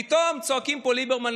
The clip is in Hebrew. פתאום צועקים פה: ליברמן,